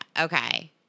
okay